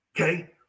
Okay